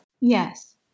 Yes